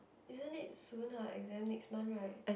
isn't it soon her exam next month right